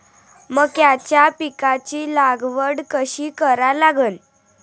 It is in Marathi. मक्याच्या पिकाची लागवड कशी करा लागन?